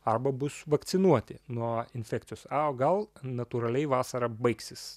arba bus vakcinuoti nuo infekcijos o gal natūraliai vasarą baigsis